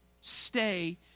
stay